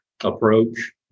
approach